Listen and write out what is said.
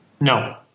no